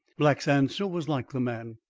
black's answer was like the man.